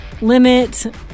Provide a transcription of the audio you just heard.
limit